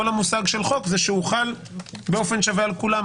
כל המושג של חוק זה שהוא חל באופן שווה על כולם,